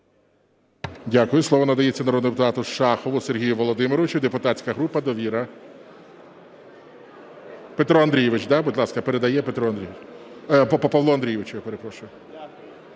Дякую. Слово надається народному депутату Шахову Сергію Володимировичу, депутатська група "Довіра". Петро Андрійович, да? Будь ласка, передає Петру Андрійовичу.